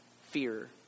fear